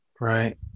Right